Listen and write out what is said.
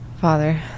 Father